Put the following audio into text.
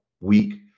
week